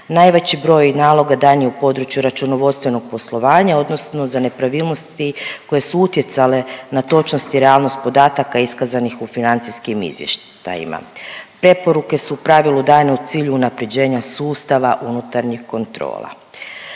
Najveći broj naloga dan je u području računovodstvenog poslovanja odnosno za nepravilnosti koje su utjecale na točnost i realnost podataka iskazanih u financijskim izvještajima. Preporuke su u pravilu dane u cilju unapređenja sustava unutarnjih kontrola.